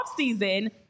offseason